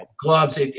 gloves